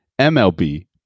MLB